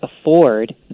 afford